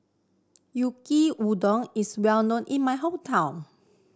Yaki Udon is well known in my hometown